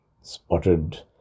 spotted